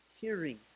hearing